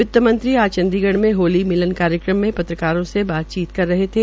वित्तमंत्री आज चंडीगढ़ में होली मिलन कार्यक्रम में पत्रकारों से बातचीत कर रहे थे